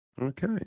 Okay